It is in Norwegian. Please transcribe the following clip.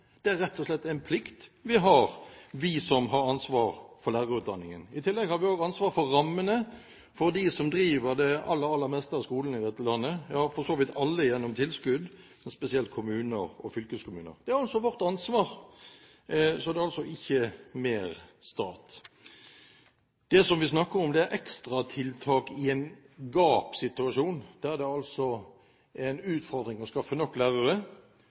Det er rett og slett en plikt vi har, vi som har ansvar for lærerutdanningen. I tillegg har vi også ansvar for rammene for dem som driver de aller, aller fleste av skolene i dette landet – for så vidt alle, gjennom tilskudd, men spesielt kommuner og fylkeskommuner. Det er vårt ansvar. Så det er altså ikke mer stat. Det som vi snakker om, er ekstratiltak i en gap-situasjon, der det altså er en utfordring å skaffe nok lærere,